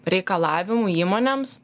reikalavimu įmonėms